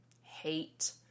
hate